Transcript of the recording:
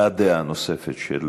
הבעת דעה נוספת של